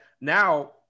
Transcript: now